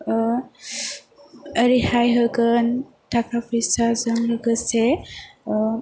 ओह ओह रेहाय होगोन थाका फैसाजों लोगोसे अह